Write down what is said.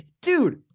dude